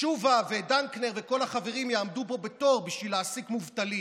תשובה ודנקנר וכל החברים יעמדו פה בתור בשביל להעסיק מובטלים.